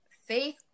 faith